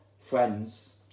friends